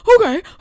okay